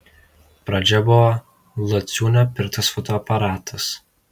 pradžia buvo l ciūnio pirktas fotoaparatas